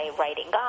writing